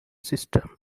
system